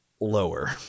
Lower